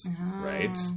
right